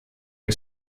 que